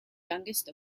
youngest